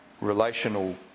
relational